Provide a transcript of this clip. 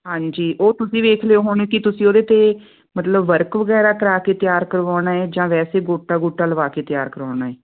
ਹਾਂਜੀ ਉਹ ਤੁਸੀਂ ਵੇਖ ਲਿਓ ਹੁਣ ਕੀ ਤੁਸੀਂ ਉਹਦੇ 'ਤੇ ਮਤਲਬ ਵਰਕ ਵਗੈਰਾ ਕਰਵਾ ਕੇ ਤਿਆਰ ਕਰਵਾਉਣਾ ਹੈ ਜਾਂ ਵੈਸੇ ਗੋਟਾ ਗੁਟਾ ਲਗਵਾ ਕੇ ਤਿਆਰ ਕਰਉਣਾ ਹੈ